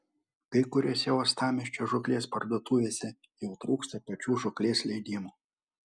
kai kuriose uostamiesčio žūklės parduotuvėse jau trūksta pačių žūklės leidimų